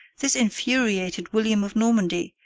this infuriated william of normandy,